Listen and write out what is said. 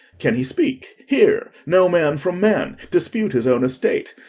can he speak? hear? know man from man? dispute his own estate?